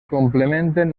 complementen